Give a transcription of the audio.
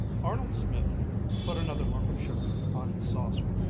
arnold smith put another lump of sugar on his saucer,